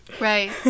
Right